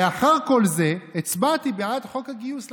לאחר כל זה הצבעתי בעד חוק הגיוס לחרדים".